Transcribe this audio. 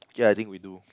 ya I think we do